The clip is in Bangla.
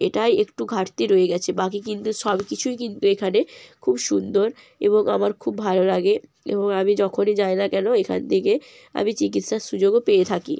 এটাই একটু ঘাটতি রয়ে গেছে বাকি কিন্তু সব কিছুই কিন্তু এখানে খুব সুন্দর এবং আমার খুব ভালো লাগে এবং আমি যখনই যাই না কেন এখান থেকে আমি চিকিৎসার সুযোগও পেয়ে থাকি